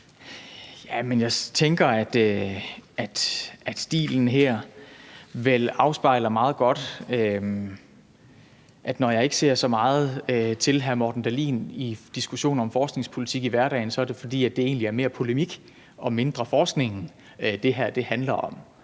jeg tænker, at stilen her vel meget godt afspejler, at når jeg ikke ser så meget til hr. Morten Dahlin i diskussionen om forskningspolitik i hverdagen, er det, fordi det egentlig mere er polemik og mindre forskning, det her handler om.